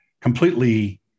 Completely